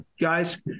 guys